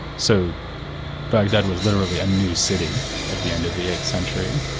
so baghdad was literally a new city at the end of the eighth century,